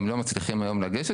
הם לא מצליחים היום לגשת,